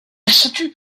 statue